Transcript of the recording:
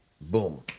boom